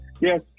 Yes